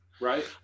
right